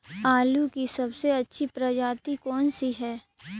आलू की सबसे अच्छी प्रजाति कौन सी है?